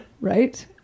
Right